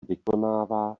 vykonává